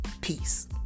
Peace